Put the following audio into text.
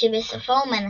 שבסופו הוא מנצח.